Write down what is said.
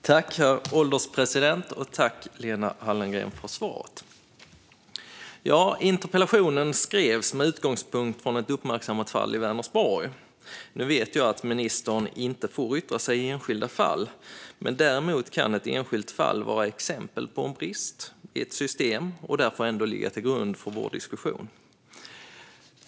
Herr ålderspresident! Tack, Lena Hallengren, för svaret! Interpellationen skrevs med utgångpunkt i ett uppmärksammat fall i Vänersborg. Nu vet jag att ministern inte får yttra sig i enskilda fall, men ett enskilt fall kan ändå vara ett exempel på en brist i ett system och därför ändå ligga till grund för vår diskussion.